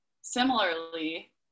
similarly